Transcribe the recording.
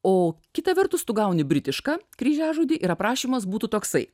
o kita vertus tu gauni britišką kryžiažodį ir aprašymas būtų toksai